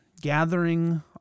gathering